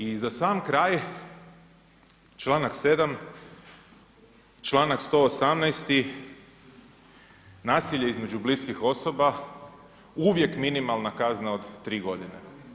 I za sam kraj, čl. 7, čl. 118. nasilje između bliskih osoba, uvijek minimalna kazna od 3 godine.